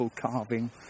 carving